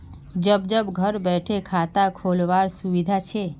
जब जब घर बैठे खाता खोल वार सुविधा छे